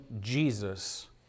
Jesus